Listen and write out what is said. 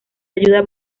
ayuda